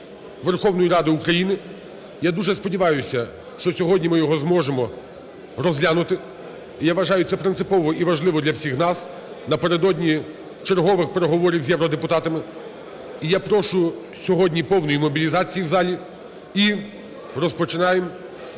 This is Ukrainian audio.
Верховної Ради України. Я дуже сподіваюся, що сьогодні ми його зможемо розглянути. І, я вважаю, це принципово і важливо для всіх нас напередодні чергових переговорів з євродепутатами. І я прошу сьогодні повної мобілізації в залі і розпочинаємо